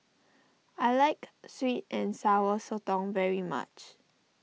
I like Sweet and Sour Sotong very much